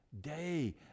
Day